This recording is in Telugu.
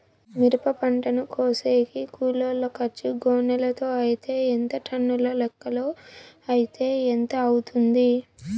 మిరప పంటను కోసేకి కూలోల్ల ఖర్చు గోనెలతో అయితే ఎంత టన్నుల లెక్కలో అయితే ఎంత అవుతుంది?